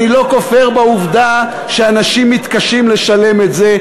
אני לא כופר בעובדה שאנשים מתקשים לשלם את זה,